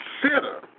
Consider